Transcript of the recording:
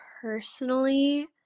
Personally